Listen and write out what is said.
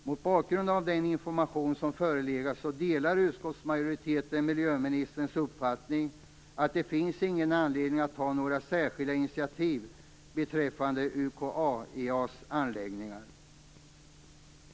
Mot bakgrund av den information som förelegat delar utskottsmajoriteten miljöministerns uppfattning att det inte finns någon anledning att ta några särskilda initiativ beträffande UKAEA:s anläggningar.